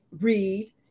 read